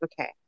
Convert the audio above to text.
okay